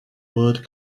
word